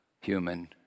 Human